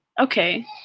Okay